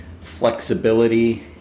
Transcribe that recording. flexibility